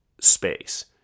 space